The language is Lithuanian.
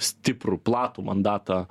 stiprų platų mandatą